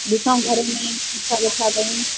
ॾिसूं घर में पुछा ॿुछा कयूं